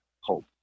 hope